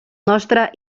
nostre